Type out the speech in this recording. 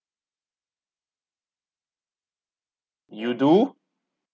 you do